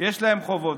כי יש להם חובות.